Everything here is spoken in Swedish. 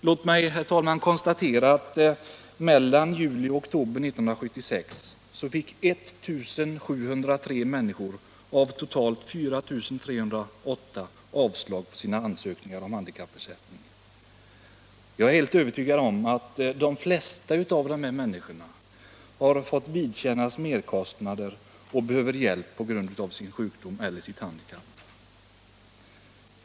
Låt mig, herr talman, konstatera att mellan juli och oktober 1976 fick 1 703 personer av totalt 4 308 avslag på sina ansökningar om handikappersättning. Jag är helt övertygad om att de flesta av dessa människor har fått vidkännas merkostnader och behöver hjälp på grund av sin sjukdom eller sitt handikapp.